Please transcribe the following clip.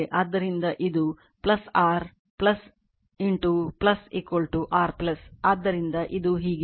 ಆದ್ದರಿಂದ ಇದು r r ಆದ್ದರಿಂದ ಇದು ಹೀಗಿದೆ